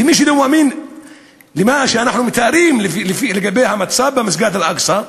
ומי שלא מאמין למה שאנחנו מתארים לגבי המצב במסגד אל-אקצא,